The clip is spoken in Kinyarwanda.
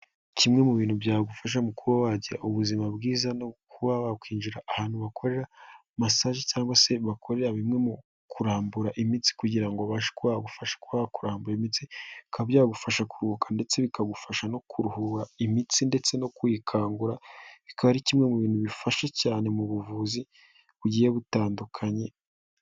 Kimwe mu bintu byagufasha mu kuba wagira ubuzima bwiza no kuba wakwinjira ahantu bakorera massage cyangwa se bakorera bimwe mu kurambura imitsi kugira ngo babashe kuba bagufasha kurambura imitsi bikaba byagufasha kuruhuka ndetse bikagufasha no kuruhura imitsi ndetse no kuyi kangura bikaba ari kimwe mu bintu bifasha cyane mu buvuzi bugiye butandukanye.